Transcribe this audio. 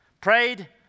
Prayed